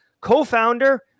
co-founder